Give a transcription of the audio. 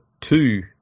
two